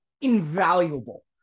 invaluable